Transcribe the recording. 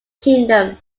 kingdom